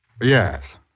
Yes